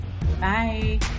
Bye